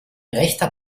rechter